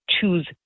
choose